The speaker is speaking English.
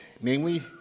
namely